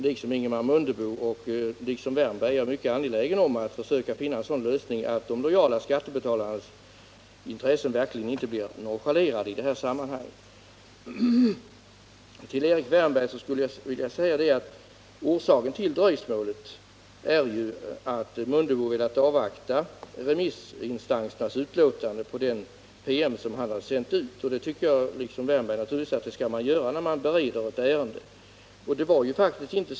Liksom Ingemar Mundebo och Erik Wärnberg är jag mycket angelägen om att försöka finna en sådan lösning att de lojala skattebetalarnas intressen verkligen inte blir nonchalerade i detta sammanhang. Till Erik Wärnberg vill jag säga att orsaken till dröjsmålet är att herr Mundebo velat avvakta remissinstansernas yttranden över den PM som han hade sänt ut. Jag tycker liksom herr Wärnberg naturligtvis att man skall göra så när man bereder ett ärende.